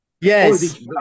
Yes